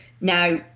Now